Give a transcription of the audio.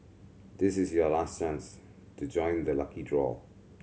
this is your last chance to join the lucky draw